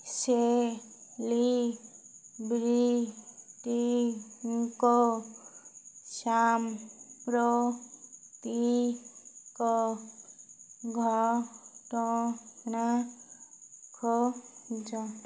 ସେଲିବ୍ରିଟିଙ୍କ ସାମ୍ପ୍ରତିକ ଘଟଣା ଖୋଜ